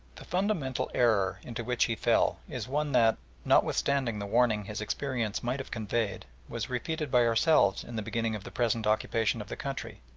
the fundamental error into which he fell is one that, notwithstanding the warning his experience might have conveyed, was repeated by ourselves in the beginning of the present occupation of the country,